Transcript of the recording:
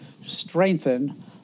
strengthen